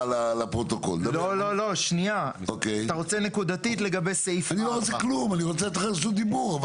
הכחול, נקודתית על סעיף (4).